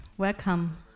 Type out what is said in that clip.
Welcome